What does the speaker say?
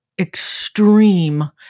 extreme